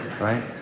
right